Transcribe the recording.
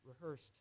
rehearsed